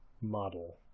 model